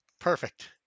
Perfect